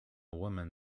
woman